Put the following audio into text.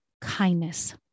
kindness